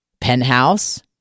penthouse